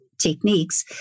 techniques